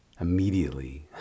immediately